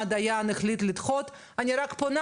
הדיין בבית הדין הוא המוסמך להחליט אם הוא נותן